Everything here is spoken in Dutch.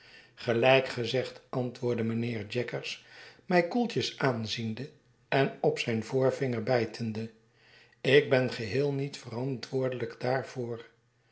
gelijk ge zegt antwoordde mijnheer jaggers mij koeitjes aanziende en op zijn voorvinger bijtende ik ben geheel niet verantwoordelijk daarvoor